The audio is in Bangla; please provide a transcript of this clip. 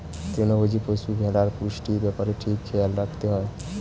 তৃণভোজী পশু, ভেড়ার পুষ্টির ব্যাপারে ঠিক খেয়াল রাখতে হয়